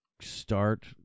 Start